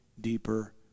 deeper